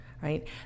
Right